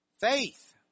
faith